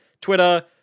twitter